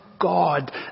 God